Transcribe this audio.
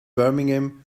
birmingham